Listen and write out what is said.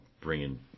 bringing